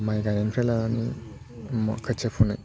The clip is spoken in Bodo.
माइ गायनायनिफ्राय लानानै खोथिया फुनाय